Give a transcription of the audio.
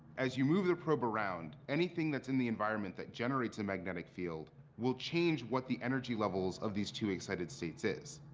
as you move the probe around, anything that's in the environment that generates a and magnetic field will change what the energy levels of these two excited states is.